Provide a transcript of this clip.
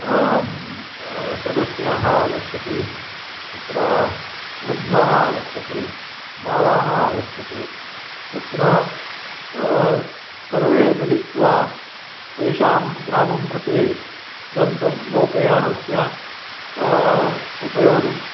सदस्याः आगच्छन्ति तत्र वृद्धाः आगच्छन्ति बालाः आगच्छन्ति तत्र सर्वे मिलित्वा तेषां ग्रामं प्रति गन्तुं लोकयानस्य उपयोगं